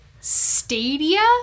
Stadia